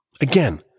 Again